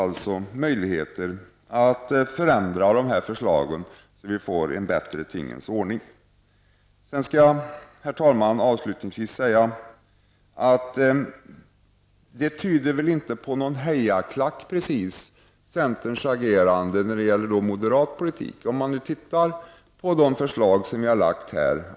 Det finns möjligheter att förändra förslagen så att det blir en bättre tingens ordning. Herr talman! Centerns agerande när det gäller den moderata politiken tyder ju inte precis på att den är en hejaklack.